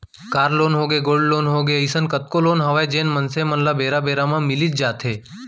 car loan होगे, gold loan होगे, अइसन कतको लोन हवय जेन मनसे मन ल बेरा बेरा म मिलीच जाथे